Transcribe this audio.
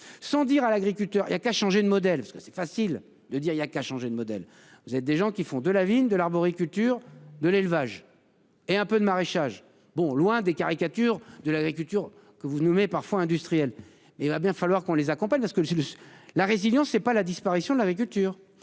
sans dire à l'agriculteur, il y a qu'à changer de modèle. Parce que c'est facile de dire il y a qu'à changer de modèle. Vous êtes des gens qui font de la ville de l'arboriculture de l'élevage et un peu de maraîchage bon loin des caricatures de l'agriculture que vous nous mais parfois industriel et il va bien falloir qu'on les accompagne parce que ai la résilience. C'est pas la disparition de l'agriculture